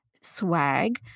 swag